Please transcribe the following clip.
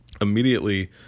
immediately